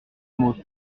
mot